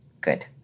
good